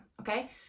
okay